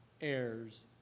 heirs